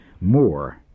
more